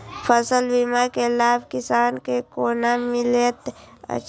फसल बीमा के लाभ किसान के कोना मिलेत अछि?